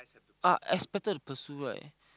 are expected to pursue right